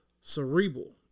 cerebral